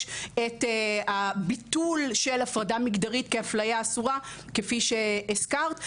את הביטול של הפרדה מגדרית כאפליה אסורה כפי שאת הזכרת.